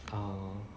um